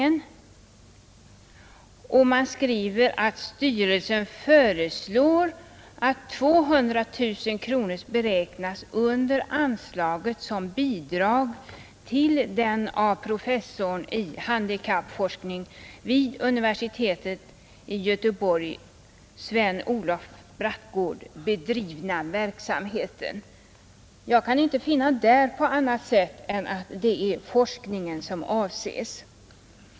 Man skriver i statsverkspropositionen att styrelsen föreslår att 200 000 kronor beräknas under anslaget som bidrag till den av professorn i handikappforskning vid universitetet i Göteborg Sven-Olof Brattgård bedrivna verksamheten. Jag kan inte därav finna annat än det är forskningen som avses.